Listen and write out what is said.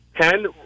ten